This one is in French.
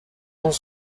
dans